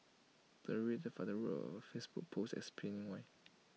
the irate father wrote A Facebook post explaining why